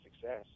success